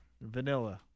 vanilla